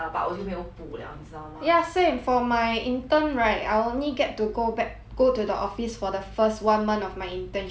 ya same for my intern right I only get to go back go to the office for the first one month of my internship so for the first one month orh